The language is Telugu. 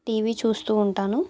టీవీ చూస్తు ఉంటాను